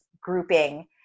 grouping